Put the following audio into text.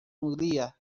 hungría